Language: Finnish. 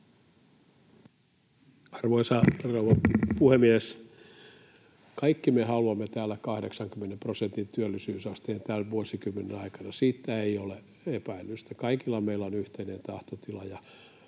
rouva puhemies! Kaikki me haluamme täällä 80 prosentin työllisyysasteen tämän vuosikymmenen aikana, siitä ei ole epäilystä. Kaikilla meillä on yhteinen tahtotila,